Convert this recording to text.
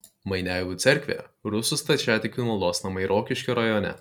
maineivų cerkvė rusų stačiatikių maldos namai rokiškio rajone